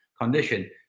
condition